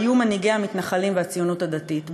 היו מנהיגי המתנחלים והציונות הדתית,